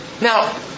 Now